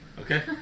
Okay